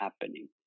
happening